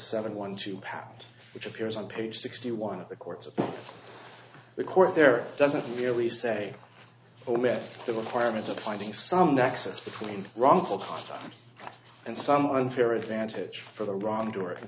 seven one two pounds which appears on page sixty one of the court's the court there doesn't really say i met the requirements of finding some nexus between wrongful and some unfair advantage for the wrong direct